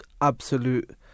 absolute